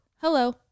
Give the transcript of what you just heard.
Hello